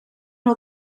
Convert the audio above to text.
nhw